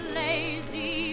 lazy